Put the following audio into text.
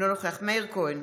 אינו נוכח מאיר כהן,